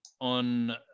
on